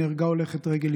נהרגה הולכת רגל,